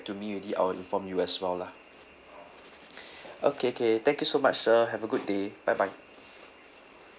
to me already I will inform you as well lah okay K thank you so much sir have a good day bye bye